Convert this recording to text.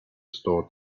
store